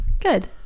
Good